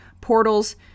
portals